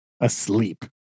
asleep